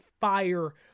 fire